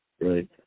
Right